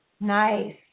Nice